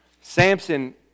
Samson